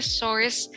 source